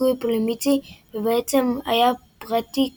שיקוי פולימיצי ובעצם היה ברטי קראוץ'